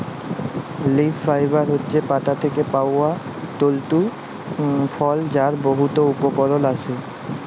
leaf fibre হছে পাতা থ্যাকে পাউয়া তলতু ফল যার বহুত উপকরল আসে